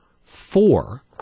four